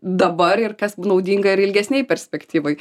dabar ir kas naudinga ir ilgesnėj perspektyvoj